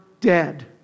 dead